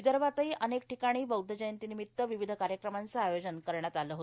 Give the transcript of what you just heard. विदर्भातही अनेक ठिकाणी बौध्द जयंतीनिमित्त विविध कार्यक्रमाच आयोजन करण्यात आल आहे